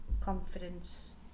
confidence